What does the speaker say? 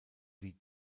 wie